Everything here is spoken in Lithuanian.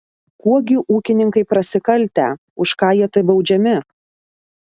kuo gi ūkininkai prasikaltę už ką jie taip baudžiami